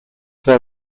their